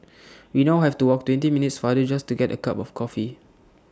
we now have to walk twenty minutes farther just to get A cup of coffee